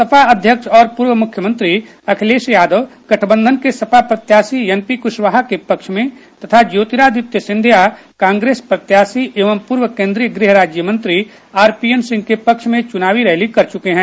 सपा अध्यक्ष और पूर्व मुख्यमंत्री अखिलेश यादव गठबंधन के सपा प्रत्याशी एनपी कुशवाहा के पक्ष में तथा ज्योतिरादित्य सिंधिया कांग्रेस प्रत्याशी एवं पूर्व केंद्रीय गृह राज्य मंत्री आर पी एन सिंह के पक्ष में चुनावी रैली कर चुके हैं